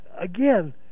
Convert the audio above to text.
Again